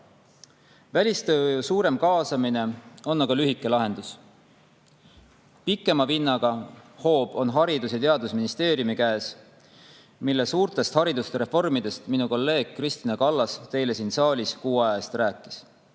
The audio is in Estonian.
Välistööjõu suurem kaasamine on aga lühike lahendus. Pikema vinnaga hoob on Haridus- ja Teadusministeeriumi käes, mille suurtest haridusreformidest minu kolleeg Kristina Kallas teile siin saalis kuu aja eest rääkis.